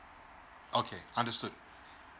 okay understood